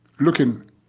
looking